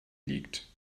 liegt